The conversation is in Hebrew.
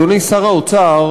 אדוני שר האוצר,